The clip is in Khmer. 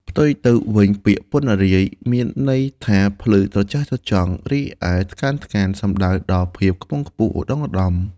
ផ្ទុយទៅវិញ ពាក្យ «ពណ្ណរាយ» មានន័យថាភ្លឺត្រចះត្រចង់ រីឯ «ថ្កើងថ្កាន» សំដៅដល់ភាពខ្ពង់ខ្ពស់ ឧត្ដុង្គឧត្ដម។